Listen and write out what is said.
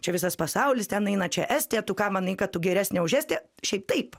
čia visas pasaulis ten eina čia estija tu ką manai kad tu geresnė už estiją šiaip taip